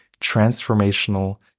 transformational